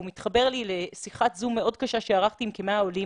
והוא מתחבר לי לשיחת זום מאוד שקיימתי לפני כמה ימים עם כ-100 עולים,